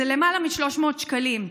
זה למעלה מ-300 שקלים,